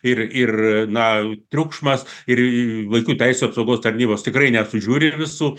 ir ir na triukšmas ir vaikų teisių apsaugos tarnybos tikrai nesužiūri visų